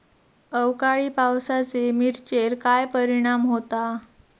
अवकाळी पावसाचे मिरचेर काय परिणाम होता?